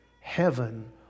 heaven